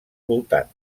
voltants